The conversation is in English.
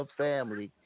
family